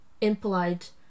impolite